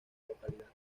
localidad